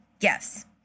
Yes